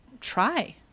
try